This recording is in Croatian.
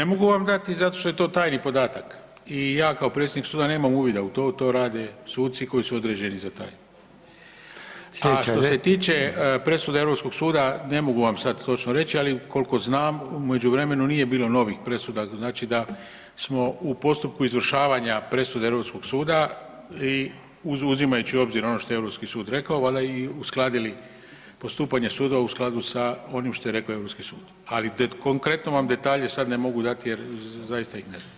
Ne mogu vam dati zato što je to tajni podatak i ja kao predsjednik suda nemam uvida u to, to rade suci koji su određeni za taj [[Upadica: Slijedeća]] , a što se tiče presude europskog suda ne mogu vam sad točno reći, ali kolko znam u međuvremenu nije bilo novih presuda, znači da smo u postupku izvršavanja presude europskog suda i uzimajući u obzir ono što je europski sud rekao valjda i uskladili postupanje suda u skladu sa onim što je rekao europski sud, ali konkretno vam detalje sad ne mogu dati jer zaista ih ne znam.